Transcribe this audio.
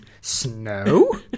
snow